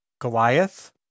Goliath